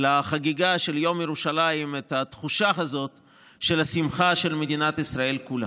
לחגיגה של יום ירושלים את התחושה הזאת של השמחה של מדינת ישראל כולה.